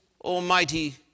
almighty